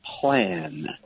plan